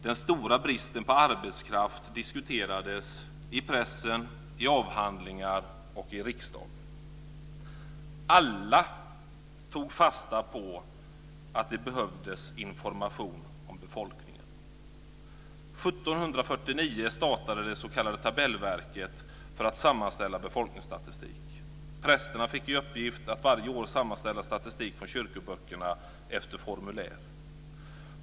Den stora bristen på arbetskraft diskuterades i pressen, i avhandlingar och i riksdagen. Alla tog fasta på att det behövdes information om befolkningen. År 1749 startade det s.k. Tabellverket för att sammanställa befolkningsstatistik. Prästerna fick i uppgift att varje år sammanställa statistik från kyrkoböckerna efter formulär.